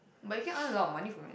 but you can earn a lot of money from it